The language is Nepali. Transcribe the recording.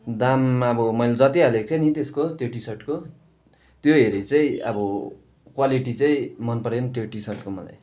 दाम अब मैले जति हालेको थिएँ नि त्यसको त्यो टिसर्टको त्यो हेरी चाहिँ अब क्वालिटी चाहिँ मन परेन त्यो टिसर्टको मलाई